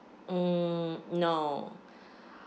um no